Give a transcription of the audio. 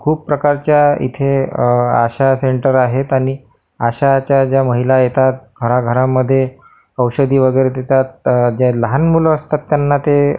खूप प्रकारच्या अ इथे आशा सेंटर आहेत आणि आशाच्या ज्या महिला येतात घराघरांमध्ये औषधी वगैरे देतात जे लहान मुलं असतात त्यांना ते